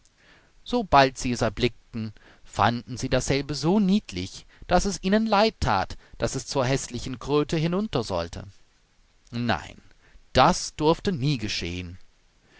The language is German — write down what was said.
sobald sie es erblickten fanden sie dasselbe so niedlich daß es ihnen leid that daß es zur häßlichen kröte hinunter sollte nein das durfte nie geschehen